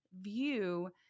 view